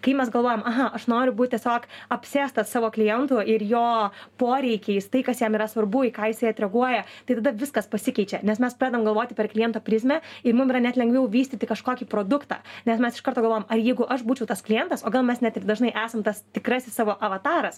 kai mes galvojam aha aš noriu būt tiesiog apsėstas savo klientų ir jo poreikiais tai kas jam yra svarbu į ką jisai atreaguoja tai tada viskas pasikeičia nes mes pradedam galvoti per kliento prizmę ir mum yra net lengviau vystyti kažkokį produktą nes mes iš karto galvojam ar jeigu aš būčiau tas klientas o gal mes net ir dažnai esam tas tikrasis savo avataras